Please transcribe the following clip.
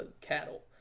cattle